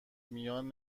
میان